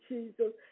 Jesus